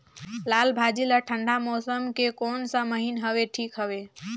लालभाजी ला ठंडा मौसम के कोन सा महीन हवे ठीक हवे?